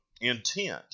intent